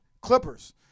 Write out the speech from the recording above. Clippers